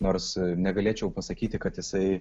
nors negalėčiau pasakyti kad jisai